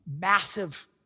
massive